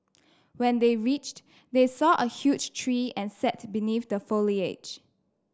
when they reached they saw a huge tree and sat beneath the foliage